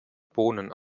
bohnen